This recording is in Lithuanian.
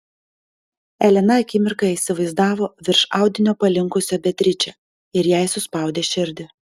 elena akimirką įsivaizdavo virš audinio palinkusią beatričę ir jai suspaudė širdį